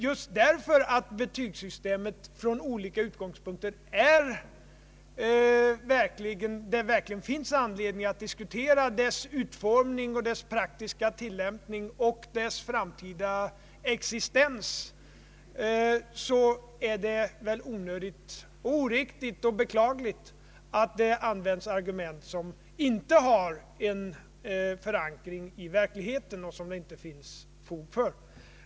Just därför att det från olika utgångspunkter verkligen finns anledning att diskutera betygsystemets utformning, praktiska tillämpning och framtida existens är det beklagligt om det i den debatten skulle användas argument som inte har förankring i verkligheten och som det inte finns fog för.